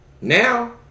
now